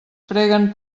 preguen